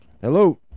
Hello